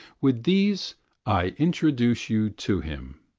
with these i introduce you to him,